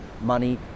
money